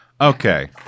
Okay